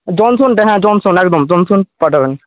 জনসনটা হ্যাঁ জনসন একদম জনসন পাঠাবেন